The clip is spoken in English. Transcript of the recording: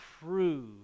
prove